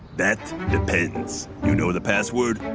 that depends. you know the password?